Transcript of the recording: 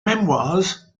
memoirs